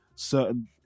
certain